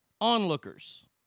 onlookers